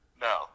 No